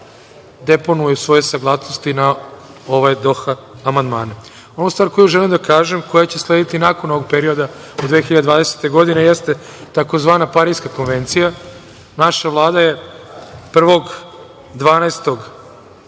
deponuju svoje saglasnosti na ove Doha amandmane. Jedna stvar koju želim da kažem koja će uslediti nakon ovog perioda do 2020. godine jeste tzv. Pariska konvencija. Naša Vlada je 1.